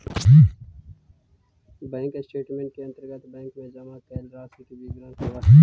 bank statement के अंतर्गत bank में जमा कैल राशि के विवरण होवऽ हइ